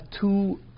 two